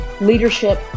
leadership